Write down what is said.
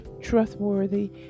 trustworthy